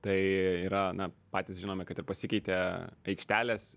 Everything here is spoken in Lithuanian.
tai yra na patys žinome kad ir pasikeitė aikštelės